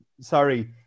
Sorry